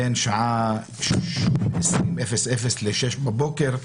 בין השעה 20:00 ל-06:00 בבוקר,